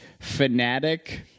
fanatic